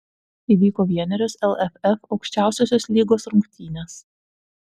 įvyko vienerios lff aukščiausiosios lygos rungtynės